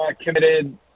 committed